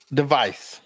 device